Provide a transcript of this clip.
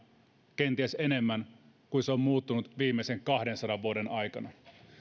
kenties enemmän kuin se on muuttunut viimeisen kahdensadan vuoden aikana